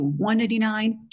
$199